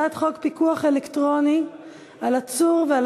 הצעת חוק פיקוח אלקטרוני על עצור ועל